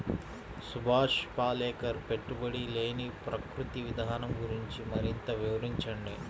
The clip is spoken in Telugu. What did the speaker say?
సుభాష్ పాలేకర్ పెట్టుబడి లేని ప్రకృతి విధానం గురించి మరింత వివరించండి